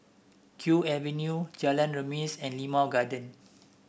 Kew Avenue Jalan Remis and Limau Garden